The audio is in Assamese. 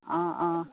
অঁ অঁ